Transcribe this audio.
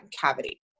cavity